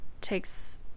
takes